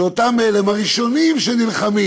שאותם אלה הם הראשונים שנלחמים,